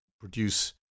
produce